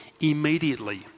immediately